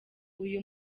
uyu